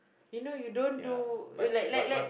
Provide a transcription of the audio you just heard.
you know you don't do like like like